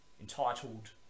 entitled